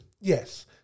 Yes